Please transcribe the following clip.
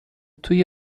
توی